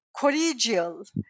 collegial